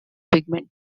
pigment